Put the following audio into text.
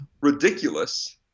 ridiculous